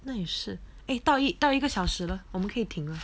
那是 ah 到一到一个小时了我们可以停了